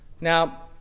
Now